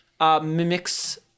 mimics